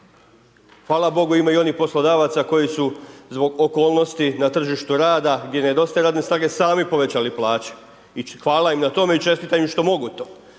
Hvala Bogu, ima i onih poslodavaca koji su zbog okolnosti na tržištu rada, gdje nedostaje radne snage, sami povećali plaće i hvala im na tome i čestitam im što mogu to.